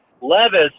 Levis